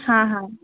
હા હા